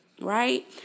Right